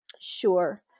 Sure